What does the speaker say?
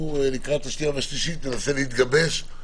ולקראת הקריאה השנייה והשלישית ננסה להתגבש.